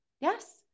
Yes